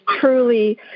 truly